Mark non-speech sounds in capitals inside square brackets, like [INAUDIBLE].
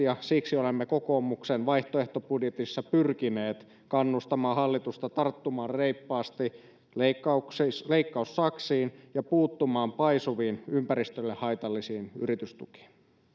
[UNINTELLIGIBLE] ja siksi olemme kokoomuksen vaihtoehtobudjetissa pyrkineet kannustamaan hallitusta tarttumaan reippaasti leikkaussaksiin ja puuttumaan paisuviin ympäristölle haitallisiin yritystukiin